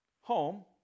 home